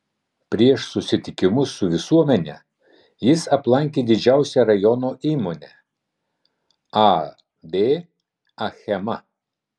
prieš susitikimus su visuomene jis aplankė didžiausią rajono įmonę ab achema